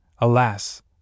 alas